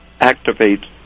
activates